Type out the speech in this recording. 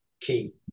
key